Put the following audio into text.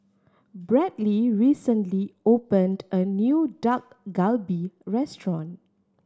Bradly recently opened a new Dak Galbi Restaurant